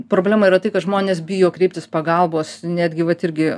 problema yra tai kad žmonės bijo kreiptis pagalbos netgi vat irgi